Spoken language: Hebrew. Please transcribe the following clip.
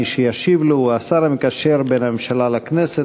מי שישיב לו הוא השר המקשר בין הממשלה לכנסת,